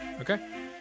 okay